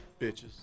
Bitches